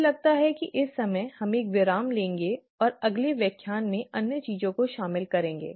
मुझे लगता है कि इस समय हम एक विराम लेंगे और अगले व्याख्यान में अन्य चीजों को शामिल करेंगे